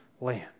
land